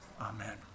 Amen